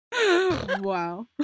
Wow